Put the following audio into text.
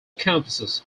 campuses